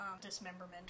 dismemberment